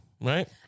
right